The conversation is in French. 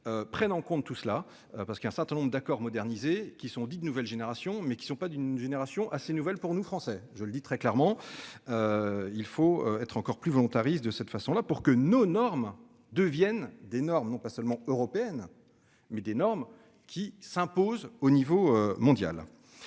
prenne en compte tout cela parce qu'un certain nombre d'accord modernisés, qui sont dits de nouvelle génération mais qui ne sont pas d'une génération à ces nouvelles pour nous Français, je le dis très clairement. Il faut être encore plus volontariste de cette façon-là pour que nos normes deviennent des normes non pas seulement européenne mais des normes qui s'imposent au niveau mondial.